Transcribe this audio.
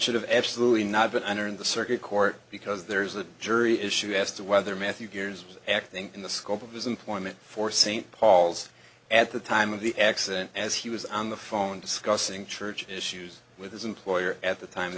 should have absolutely not been under in the circuit court because there's a jury issue as to whether matthew gears acting in the scope of his employment for st paul's at the time of the accident as he was on the phone discussing church issues with his employer at the time